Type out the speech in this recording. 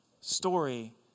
story